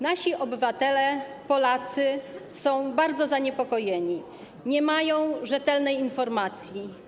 Nasi obywatele, Polacy, są bardzo zaniepokojeni, nie mają rzetelnej informacji.